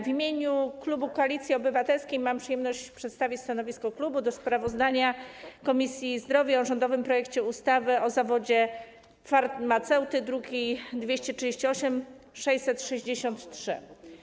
W imieniu klubu Koalicji Obywatelskiej mam przyjemność przedstawić stanowisko klubu wobec sprawozdania Komisji Zdrowia o rządowym projekcie ustawy o zawodzie farmaceuty, druki nr 238 i 663.